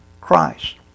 Christ